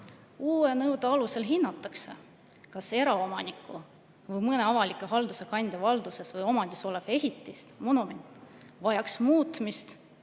uue nõude alusel hinnatakse, kas eraomaniku või mõne avaliku halduse kandja valduses või omandis olev ehitis, sh monument vajaks muutmist